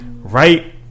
right